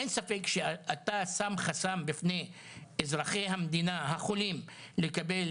אין ספק שכשאתה שם חסם בפני אזרחי המדינה החולים לקבל